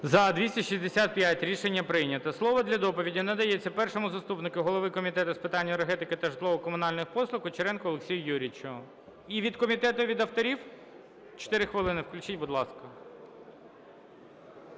За-265 Рішення прийнято. Слово для доповіді надається першому заступнику голови Комітету з питань енергетики та житлово-комунальних послуг Кучеренку Олексію Юрійовичу. І від комітету, і від авторів? 4 хвилини включіть, будь ласка.